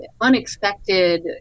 unexpected